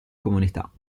comunità